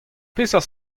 peseurt